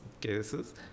cases